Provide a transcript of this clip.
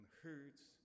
hurts